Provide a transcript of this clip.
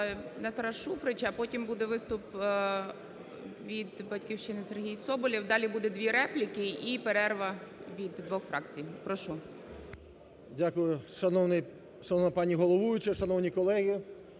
Нестора Шуфрича, а потім буде виступ від "Батьківщини" Сергій Соболєв, далі буде дві репліки і перерва від двох фракцій. Прошу. 10:38:44 ШУФРИЧ Н.І. Дякую. Шановна пані головуюча, шановні колеги,